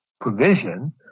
provision